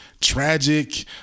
tragic